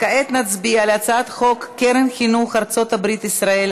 כעת נצביע על הצעת חוק קרן חינוך ארצות-הברית ישראל,